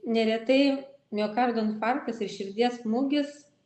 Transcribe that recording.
neretai miokardo infarktas ir širdies smūgis